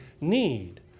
need